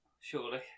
surely